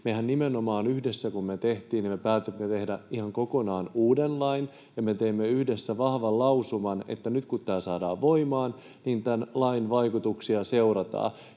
mehän nimenomaan päätimme tehdä ihan kokonaan uuden lain ja me teimme yhdessä vahvan lausuman, että nyt kun tämä saadaan voimaan, niin tämän lain vaikutuksia seurataan.